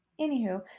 anywho